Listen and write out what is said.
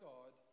God